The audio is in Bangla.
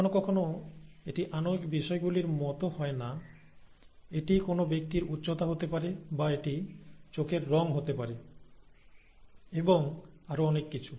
কখনও কখনও এটি আণবিক বিষয়গুলির মত হয় না এটি কোনও ব্যক্তির উচ্চতা হতে পারে বা এটি চোখের রঙ হতে পারে এবং আরও অনেক কিছু